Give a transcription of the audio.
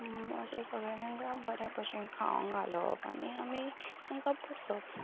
अशें सगळें तांकां बरे भाशेन खावंक घालप आनी आमी तांकां पोसप